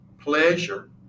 pleasure